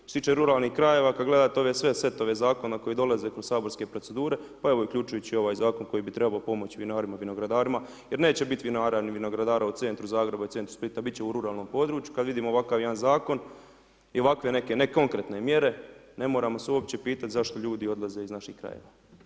Što se tiče ruralnih krajeva, kada gledate ove sve setove zakona, koji dolaze kod saborske procedure, pa evo i uključujući ovaj zakon, koji bi trebao pomoći vinarima, vinogradarima, jer neće vinara i vinogradara u centru Zagreba i u centru Splita, biti će u ruralnom području, kada vidimo ovakav jedan zakon i ovakve neke nekonkretne mjere, ne moramo se uopće pitati zašto ljudi odlaze iz naših krajeva.